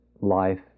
life